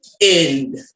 end